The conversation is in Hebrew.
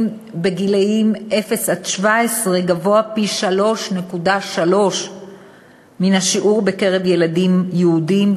גילאי 0 17 גבוה פי-3.3 מן השיעור בקרב ילדים יהודים.